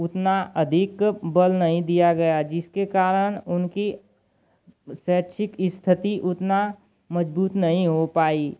उतना अधिक बल नहीं दिया गया जिसके कारण उनकी शैक्षिक स्थिति उतनी मज़बूत नहीं हो पाई